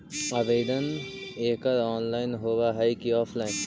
आवेदन एकड़ ऑनलाइन होव हइ की ऑफलाइन?